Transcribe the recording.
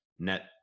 net